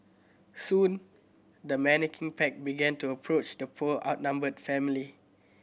soon the menacing pack began to approach the poor outnumbered family